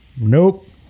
Nope